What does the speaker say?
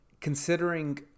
considering